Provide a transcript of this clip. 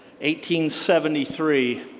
1873